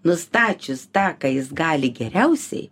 nustačius tą ką jis gali geriausiai